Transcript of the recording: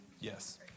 Yes